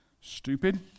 Stupid